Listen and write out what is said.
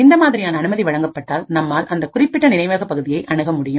இந்த மாதிரியான அனுமதி வழங்கப்பட்டால் நம்மால் அந்த குறிப்பிட்ட நினைவகப் பகுதியை அணுக முடியும்